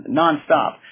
nonstop